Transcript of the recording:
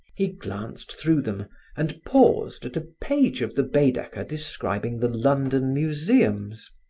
he glanced through them and paused at a page of the baedeker describing the london museums.